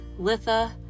Litha